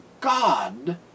God